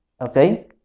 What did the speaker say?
okay